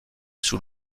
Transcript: sous